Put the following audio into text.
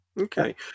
Okay